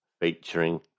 featuring